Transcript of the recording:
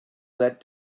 led